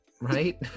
right